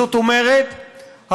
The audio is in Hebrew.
זאת אומרת,